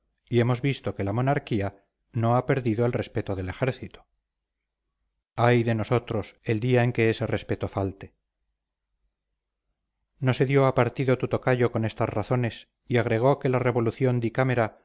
y hemos visto que la monarquía no ha perdido el respeto del ejército ay de nosotros el día en que ese respeto falte no se dio a partido tu tocayo con estas razones y agregó que la revolución di camera